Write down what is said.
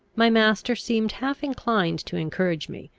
my master seemed half inclined to encourage me,